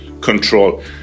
control